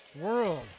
world